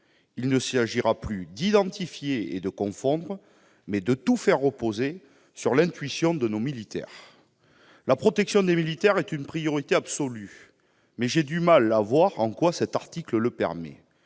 Il ne s'agira plus d'identifier et de confondre, mais de tout faire reposer sur l'intuition de nos militaires. La protection des militaires est une priorité absolue, mais j'ai du mal à voir en quoi cet article permet